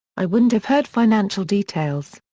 i wouldn't have heard financial details.